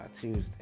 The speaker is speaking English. Tuesday